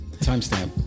Timestamp